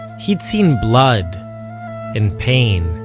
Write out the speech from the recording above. he'd seen blood and pain.